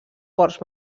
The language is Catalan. ports